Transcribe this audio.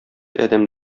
адәм